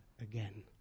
again